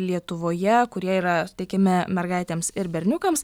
lietuvoje kurie yra teikiami mergaitėms ir berniukams